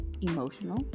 emotional